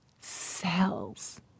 cells